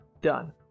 done